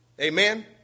Amen